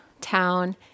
town